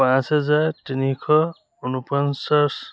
পাঁচ হাজাৰ তিনিশ ঊনপঞ্চাছ